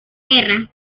guerra